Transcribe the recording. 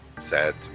sad